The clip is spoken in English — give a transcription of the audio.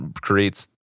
creates